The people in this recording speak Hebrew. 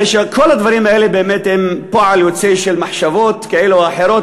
כל הדברים האלה באמת הם פועל יוצא של מחשבות כאלה או אחרות,